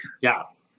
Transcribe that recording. Yes